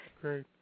great